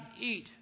eat